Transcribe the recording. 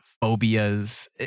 phobias